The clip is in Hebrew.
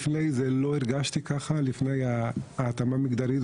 לפני זה לא הרגשתי ככה, לפני ההתאמה המגדרית.